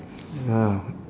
ya